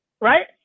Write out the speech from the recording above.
right